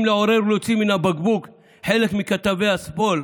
לעורר ולהוציא מן הבקבוק חלק מכתבי השמאל,